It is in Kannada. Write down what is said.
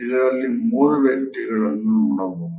ಇದರಲ್ಲಿ ಮೂರು ವ್ಯಕ್ತಿಗಳನ್ನು ನೋಡಬಹುದು